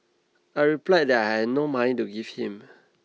I replied that I had no money to give him